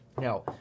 Now